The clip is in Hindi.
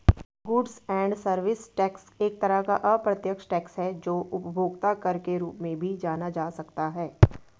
गुड्स एंड सर्विस टैक्स एक तरह का अप्रत्यक्ष टैक्स है जो उपभोक्ता कर के रूप में भी जाना जा सकता है